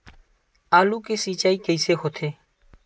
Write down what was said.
आलू के सिंचाई कइसे होथे?